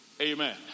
amen